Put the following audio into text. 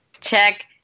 check